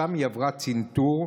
ושם היא עברה צנתור.